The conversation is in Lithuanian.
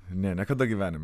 ne niekada gyvenime